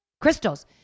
crystals